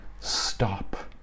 stop